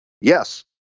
yes